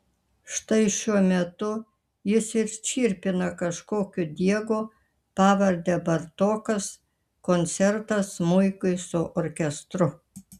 štai šiuo metu jis ir čirpina kažkokio diego pavarde bartokas koncertą smuikui su orkestru